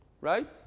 Right